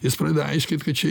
jis pradeda aiškint kad čia